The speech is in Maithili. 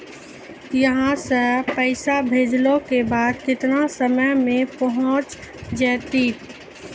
यहां सा पैसा भेजलो के बाद केतना समय मे पहुंच जैतीन?